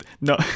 no